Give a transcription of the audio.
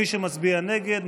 מי שמצביע נגד,